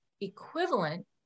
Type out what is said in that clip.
equivalent